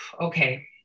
okay